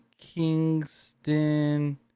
Kingston